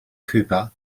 cooper